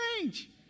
change